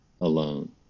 alone